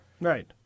Right